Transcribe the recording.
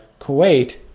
Kuwait